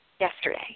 yesterday